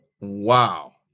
wow